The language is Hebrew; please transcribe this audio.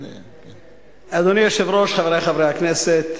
אדוני היושב-ראש, חברי חברי הכנסת,